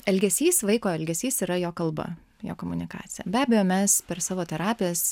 elgesys vaiko elgesys yra jo kalba jo komunikacija be abejo mes per savo terapijas